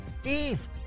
Steve